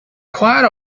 quite